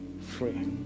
free